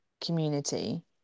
community